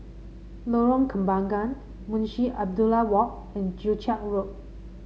Lorong Kembangan Munshi Abdullah Walk and Joo Chiat Road